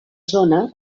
zona